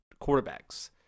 quarterbacks